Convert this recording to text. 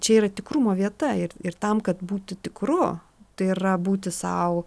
čia yra tikrumo vieta ir ir tam kad būti tikru tai yra būti sau